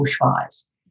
bushfires